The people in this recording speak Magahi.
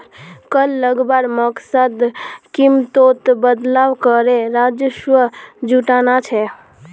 कर लगवार मकसद कीमतोत बदलाव करे राजस्व जुटाना छे